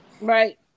Right